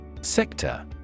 Sector